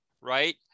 right